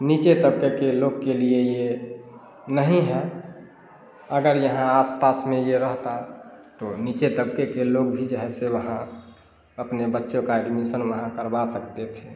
नीचे तबके के लोग के लिए यह नहीं है अगर यहाँ आस पास में यह रहता तो नीचे तबके के लोग भी जो है से वहाँ अपने बच्चों का एडमीसन वहाँ करवा सकते थे